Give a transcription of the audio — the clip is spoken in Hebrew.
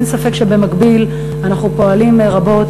אין ספק שבמקביל אנחנו פועלים רבות